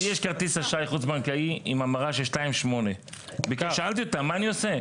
לי יש כרטיס אשראי חוץ בנקאי עם המרה של 2.8. שאלתי אותם מה אני עושה?